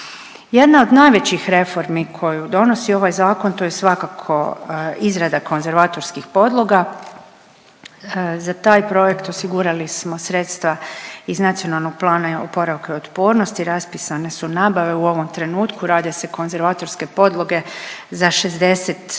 Jedna od najvećih reformi koju donosi ovaj zakon to je svakako izrada konzervatorskih podloga. Za taj projekt osigurali smo sredstva iz NPOO-a, raspisane su nabave, u ovom trenutku rade se konzervatorske podloge za 60